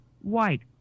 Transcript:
white